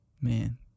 Man